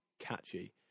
catchy